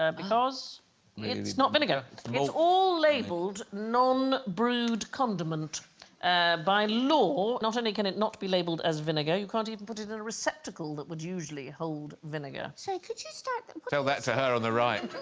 um because i mean it's not vinegar. it's all labeled non-brewed condiment, ah by law not only can it not be labeled as vinegar you can't even put it in a receptacle that would usually hold vinegar. so could you start them tell that to her on the right?